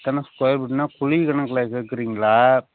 எத்தனை ஸ்கொயர் ஃபீட்னால் குழி கணக்கில் கேட்குறீங்களா